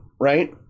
Right